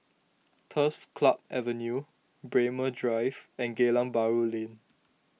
Turf Club Avenue Braemar Drive and Geylang Bahru Lane